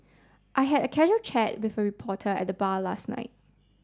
I had a casual chat with a reporter at the bar last night